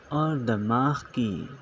اور دماغ کی